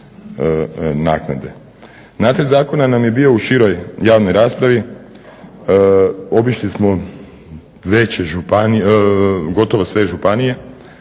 naknade. Nacrt zakona nam je bio u široj javnoj raspravi. Obišli smo veće županije, gotovo sve županije,